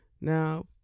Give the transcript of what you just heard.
now